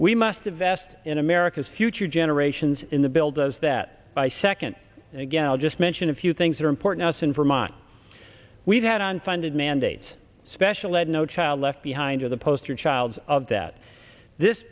we must invest in america's future generations in the bill does that by second and again i'll just mention a few things that are important us in vermont we've had on funded mandates special ed no child left behind are the poster child of that this